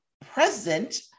present